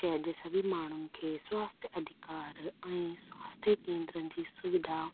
शहिरि जे सभी माण्हुनि खे स्वास्थ्य अधिकार ऐं सवास्थिक केंद्रनि जी सुविधा